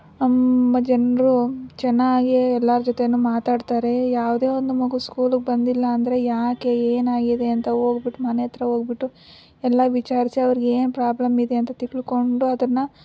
ನಮ್ಮ ಜನರು ಚೆನ್ನಾಗಿ ಎಲ್ಲರ ಜೊತೆನೂ ಮಾತಾಡ್ತಾರೆ ಯಾವುದೇ ಒಂದು ಮಗು ಸ್ಕೂಲಿಗೆ ಬಂದಿಲ್ಲ ಅಂದರೆ ಯಾಕೆ ಏನಾಗಿದೆ ಅಂತ ಹೋಗ್ಬಿಟ್ಟು ಮನೆ ಹತ್ರ ಹೋಗಿಬಿಟ್ಟು ಎಲ್ಲ ವಿಚಾರಿಸಿ ಅವ್ರಿಗೆ ಏನು ಪ್ರಾಬ್ಲಮ್ ಇದೆ ಅಂತ ತಿಳ್ಕೊಂಡು ಅದನ್ನು